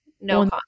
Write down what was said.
No